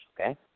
Okay